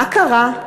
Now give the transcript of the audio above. מה קרה?